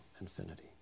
infinity